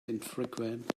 infrequent